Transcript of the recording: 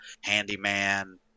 handyman